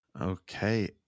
Okay